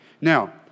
Now